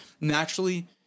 naturally